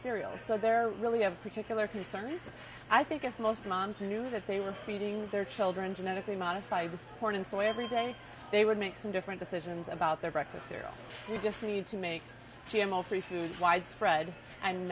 cereals so there really have particular concern i think if most moms knew that they were feeding their children genetically modified corn and soy every day they would make some different decisions about their breakfast cereal we just need to make g m o free food widespread and